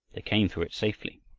they came through it safely.